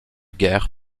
guerre